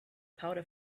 powder